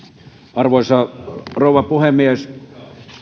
arvoisa rouva puhemies